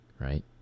right